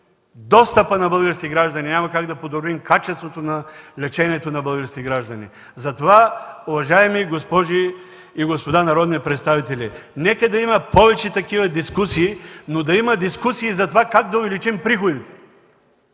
достъпа на българските граждани, няма как да подобрим качеството на лечението на българските граждани. Уважаеми госпожи и господа народни представители, нека да има повече такива дискусии, но да има дискусии за това как да увеличим приходите!